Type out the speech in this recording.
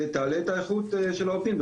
ותעלה את האיכות של העובדים.